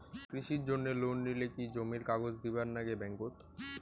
কৃষির জন্যে লোন নিলে কি জমির কাগজ দিবার নাগে ব্যাংক ওত?